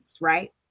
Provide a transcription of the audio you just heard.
right